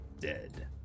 dead